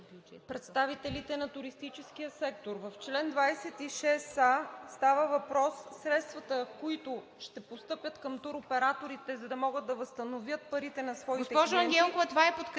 представителите на туристическия сектор. В чл. 26а става въпрос – средствата, които ще постъпят към туроператорите, за да могат да възстановят парите на своите клиенти…